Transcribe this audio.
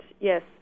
yes